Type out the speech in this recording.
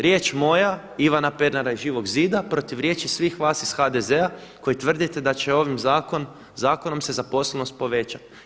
Riječ moja Ivana Pernara iz Živog zida protiv riječi svih vas iz HDZ-a koji tvrdite da će ovim zakonom se zaposlenost povećati.